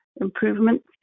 improvements